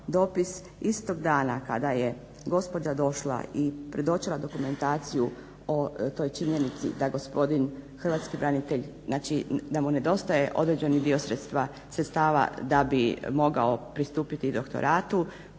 dopis. Istog dana kada je gospođa došla i predočila dokumentaciju o toj činjenici da gospodin hrvatski branitelj da mu nedostaje određeni dio sredstava da bi mogao pristupiti doktoratu,